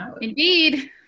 indeed